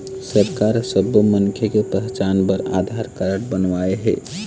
सरकार ह सब्बो मनखे के पहचान बर आधार कारड बनवाए हे